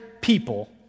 people